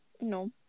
No